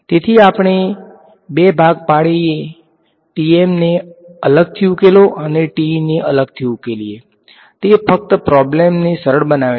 તેથી આપણે બે ભાગ પાડી એ TM ને અલગથી ઉકેલો અને TE ને અલગથી ઉકેલીએ તે ફક્ત પ્રોબ્લેમ ને સરળ બનાવે છે